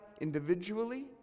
individually